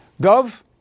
Gov